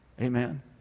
Amen